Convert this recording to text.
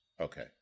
okay